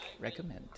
recommend